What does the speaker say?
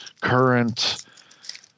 current